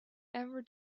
ever